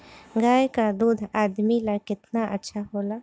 गाय का दूध आदमी ला कितना अच्छा होला?